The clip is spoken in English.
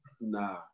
Nah